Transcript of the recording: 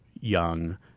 young